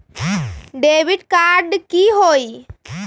Debit card की होई?